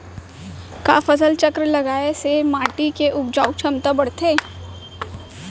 का फसल चक्र लगाय से माटी के उपजाऊ क्षमता बढ़थे?